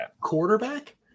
Quarterback